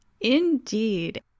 indeed